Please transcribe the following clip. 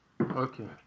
Okay